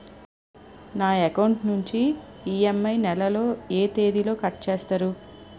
నా అకౌంట్ నుండి ఇ.ఎం.ఐ నెల లో ఏ తేదీన కట్ చేస్తారు?